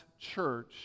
church